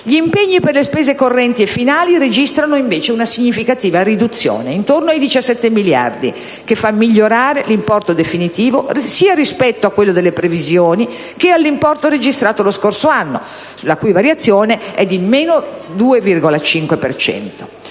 Gli impegni per le spese correnti e finali registrano invece una significativa riduzione, intorno ai 17 miliardi, che fa migliorare l'importo definitivo, sia rispetto a quello delle previsioni, che all'importo registrato lo scorso anno, la cui variazione è di meno 2,5